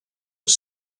was